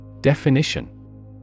Definition